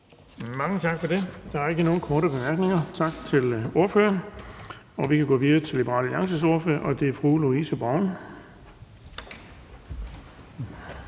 Tak for det. Der er ikke nogen korte bemærkninger. Tak til ordføreren. Vi kan gå videre til Dansk Folkepartis ordfører, og det er fru Mette Thiesen.